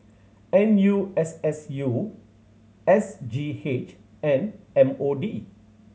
N U S S U S G H and M O D